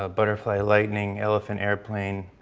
ah butterfly lightning, elephant airplane,